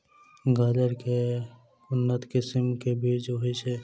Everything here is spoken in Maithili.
गाजर केँ के उन्नत किसिम केँ बीज होइ छैय?